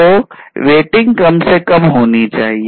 तो वेटिंग को कम से कम करना होगा